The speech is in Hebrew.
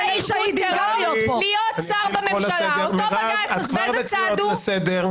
באיזה צד הוא?